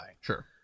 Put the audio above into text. sure